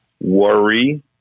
worry